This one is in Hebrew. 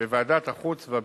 בוועדת החוץ והביטחון.